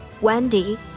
Wendy